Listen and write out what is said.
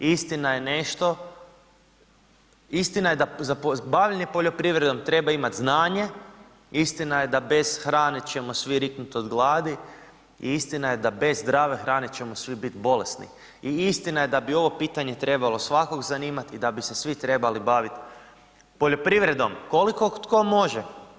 Istina je nešto, istina je da za bavljenje poljoprivredom treba imati znanje, istina je da bez hrane ćemo svi riknuti od gladi i istina je da bez zdrave hrane ćemo svi bit bolesni i istina je da bi ovo pitanje trebalo svakoga zanimati i da bi se svi trebali baviti poljoprivredom, koliko tko može.